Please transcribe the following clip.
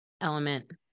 element